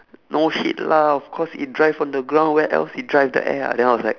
no shit lah of course it drive on the ground where else it drive on the air ah then I was like